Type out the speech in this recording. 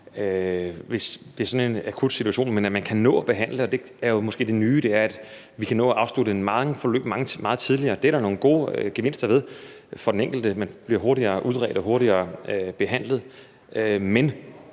sig om sådan en akut situation, hvor man kan nå at behandle med det samme. Det nye er måske, at vi kan nå at afslutte mange forløb meget tidligere, og det er der nogle gode gevinster ved for den enkelte: Man bliver hurtigere udredt og hurtigere behandlet.